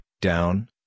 down